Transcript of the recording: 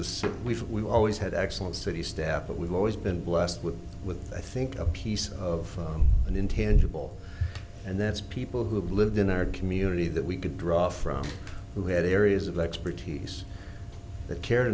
city we've always had excellent city staff but we've always been blessed with with i think a piece of an intangible and that's people who have lived in our community that we could draw from who had areas of expertise